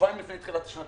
שבועיים לפני תחילת שנת